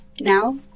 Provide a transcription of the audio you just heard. now